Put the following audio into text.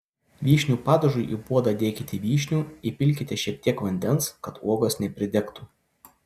vyšnių padažui į puodą dėkite vyšnių įpilkite šiek tiek vandens kad uogos nepridegtų